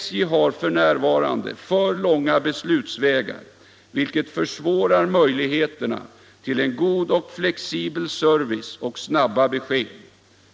SJ har f. n. långa beslutsvägar, vilket försvårat möjligheterna till en god och flexibel service och snabba besked.